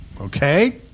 Okay